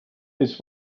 this